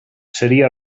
seria